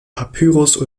papyrus